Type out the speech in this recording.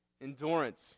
Endurance